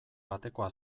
batekoa